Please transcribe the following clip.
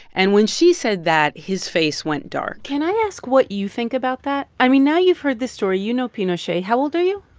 and when she said that, his face went dark can i ask what you think about that? i mean, now you've heard this story. you know pinochet. how old are you?